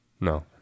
No